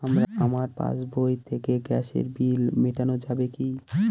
আমার পাসবই থেকে গ্যাসের বিল মেটানো যাবে কি?